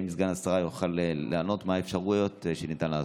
האם סגן השר יוכל לענות מה האפשרויות שניתן לעשות?